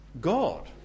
God